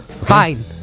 Fine